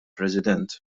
president